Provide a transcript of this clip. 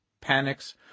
panics